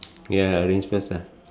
ya arrange first ah